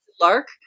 Lark